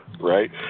right